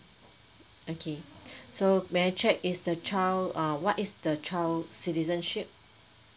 okay so may I check is the child uh what is the child citizenship